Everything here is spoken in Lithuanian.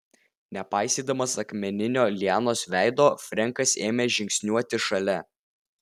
nepaisydamas akmeninio lianos veido frenkas ėmė žingsniuoti šalia